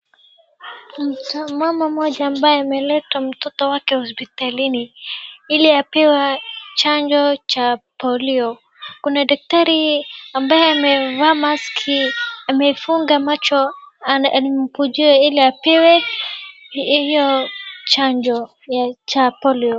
Mama mmoja ambaye ameleta mtoto wake hospitalini ili apewe chajo cha polio. Kuna daktari ambaye amevaa maski amefunga macho alimkujia ili apewe hiyo chajo cha polio.